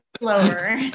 lower